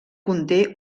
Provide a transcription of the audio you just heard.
conté